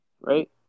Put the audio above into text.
right